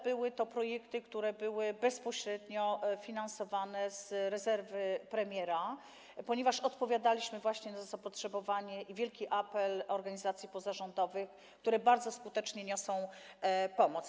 Były to także projekty bezpośrednio finansowane z rezerwy premiera, ponieważ odpowiadaliśmy na zapotrzebowanie, wielki apel organizacji pozarządowych, które bardzo skutecznie niosą pomoc.